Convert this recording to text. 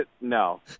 No